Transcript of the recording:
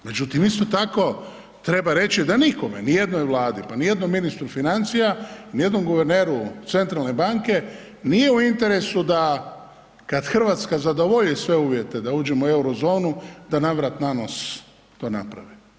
Međutim, isto tako treba reći da nikome, ni jednoj vladi, pa ni jednom ministra financija, ni jednom guverneru centralne banke nije u interesu da kad Hrvatska zadovolji sve uvjete da uđemo u euro zonu da navrat nanos to naprave.